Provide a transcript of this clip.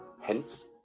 Hence